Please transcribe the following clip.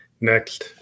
next